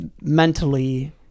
mentally